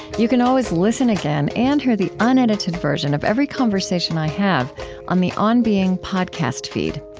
you can always listen again and hear the unedited version of every conversation i have on the on being podcast feed.